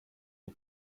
die